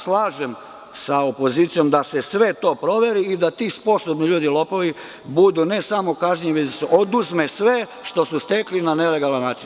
Slažem se sa opozicijom da se sve to proveri i da ti sposobni ljudi, lopovi budu ne samo kažnjeni, nego da im se oduzme sve što su stekli na nelegalan način.